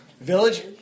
Village